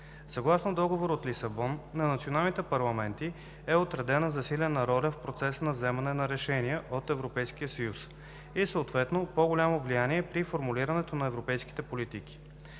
Съгласно Договора от Лисабон на националните парламенти е отредена засилена роля в процеса на вземане на решения от Европейския съюз и съответно по-голямо влияние при формулирането на европейските политики.